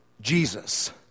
Jesus